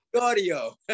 audio